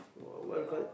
what do you call it